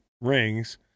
rings